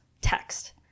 text